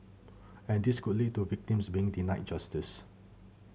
and this could lead to victims being denied justice